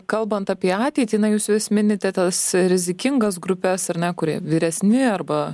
kalbant apie ateitį na jūs vis minite tas rizikingas grupes ar ne kurie vyresni arba